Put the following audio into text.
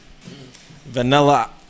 Vanilla